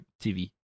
TV